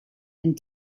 and